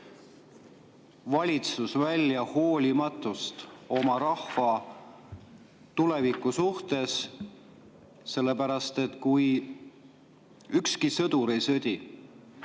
valitsus välja hoolimatust oma rahva tuleviku suhtes. Sellepärast, et ükski sõdur ei sõdi